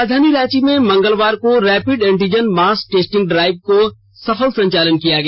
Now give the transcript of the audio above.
राजधानी रांची में मंगलवार को rapid antigen mass testing drive का सफल संचालन किया गया